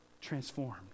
transformed